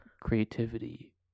Creativity